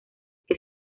que